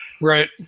Right